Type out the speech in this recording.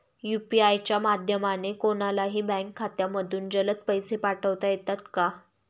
UPI च्या माध्यमाने कोणलाही बँक खात्यामधून जलद पैसे पाठवता येतात का?